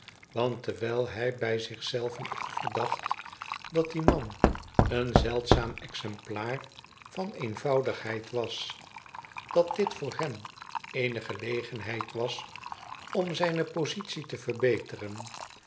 want terwijl hij bij zich zelven overdacht dat die man een zeldzaam exemplaar van eenvoudigheid was dat dit voor hem eene gelegenheid was om zijne positie te verbeteren